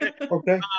Okay